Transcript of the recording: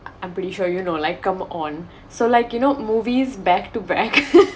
I'm pretty sure you know like come on so like you know movies back to back